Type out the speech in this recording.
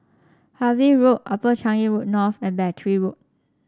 Harvey Road Upper Changi Road North and Battery Road